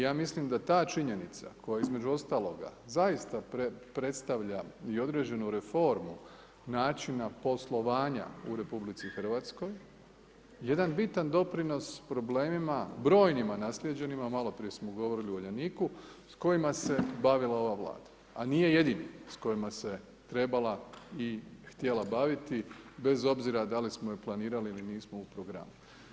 Ja mislim da ta činjenica, koja između ostaloga predstavlja i određenu reformu, načina poslovanja u RH, jedan bitan doprinos, s problemima brojnima naslijeđenima, a maloprije smo govorili o Uljaniku, s kojima se bavila ova Vlada, a nije jedini s kojima se trebala i htjela baviti, bez obzira da li smo ju planirali ili nismo u programu.